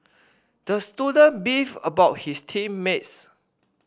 the student beefed about his team mates